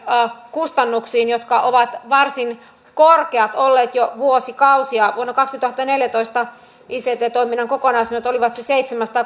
kustannuksiin jotka ovat varsin korkeat olleet jo vuosikausia vuonna kaksituhattaneljätoista ict toiminnan kokonaismenot olivat